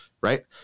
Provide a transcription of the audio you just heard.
right